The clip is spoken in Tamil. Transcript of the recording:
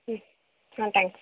ம் ஆ தேங்க்ஸ்